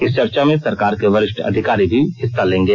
इस चर्चा में सरकार के वरिष्ठ अधिकारी भी हिस्सा लेंगे